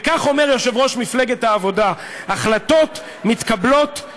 וכך אומר יושב-ראש מפלגת העבודה: החלטות ביטחוניות,